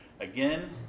again